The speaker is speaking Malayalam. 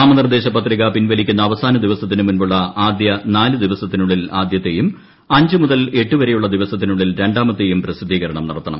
നാമനിർദ്ദേശ പത്രിക പിൻവലിക്കുന്ന അവസാന ദിവസത്തിനു മുൻപുള്ള ആദ്യ നാല് ദിവസത്തിനുള്ളിൽ ആദ്യത്തെയും അഞ്ച് മുതൽ എട്ടു വരെയുള്ള ദിവസത്തിനുള്ളിൽ രണ്ടാമത്തെയും പ്രസിദ്ധീകരണം നടത്തണം